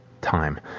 time